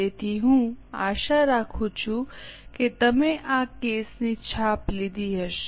તેથી હું આશા રાખું છું કે તમે આ કેસ ની છાપો લીધી હશે